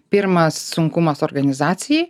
pirmas sunkumas organizacijai